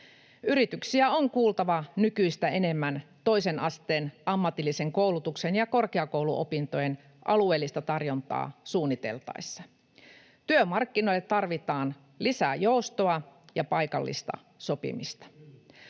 Yrityksiä on kuultava nykyistä enemmän toisen asteen ammatillisen koulutuksen ja korkeakouluopintojen alueellista tarjontaa suunniteltaessa. Työmarkkinoille tarvitaan lisää joustoa ja paikallista sopimista.